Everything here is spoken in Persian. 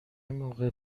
موقع